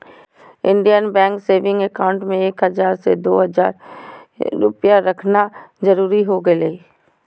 Indian bank saving account में एक हजार से दो हजार रुपया रखना जरूरी हो गेलय